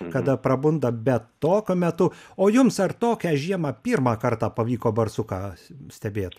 kada prabunda bet tokiu metu o jums ar tokią žiemą pirmą kartą pavyko barsuką s stebėt